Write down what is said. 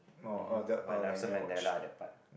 um hmm like Nelson-Mandela that part